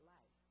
Life